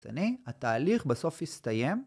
התהליך בסוף הסתיים.